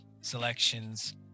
selections